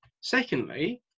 Secondly